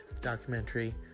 documentary